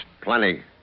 Plenty